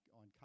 on